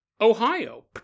Ohio